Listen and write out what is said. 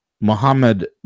Mohammed